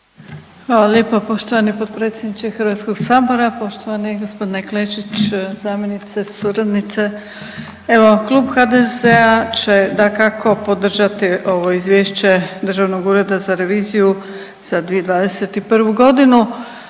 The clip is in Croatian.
Hvala lijepa poštovani potpredsjedniče Hrvatskog sabora. Poštovani gospodine Klešić, zamjenice, suradnice, evo Klub HDZ-a će dakako podržati ovo Izvješće Državnog ureda za reviziju za 2021. godinu,